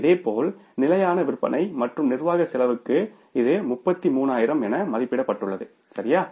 இதேபோல் நிலையான விற்பனை மற்றும் நிர்வாக செலவுக்கு இது 33000 என மதிப்பிடப்பட்டுள்ளது சரியா